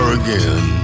again